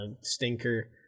stinker